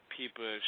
people